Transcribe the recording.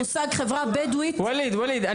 ואליד,